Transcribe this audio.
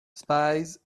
spies